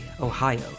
Ohio